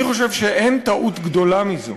אני חושב שאין טעות גדולה מזו.